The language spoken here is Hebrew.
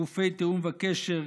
גופי תיאום וקשר,